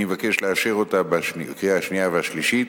אני מבקש לאשר אותה בקריאה שנייה ושלישית.